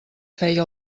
feia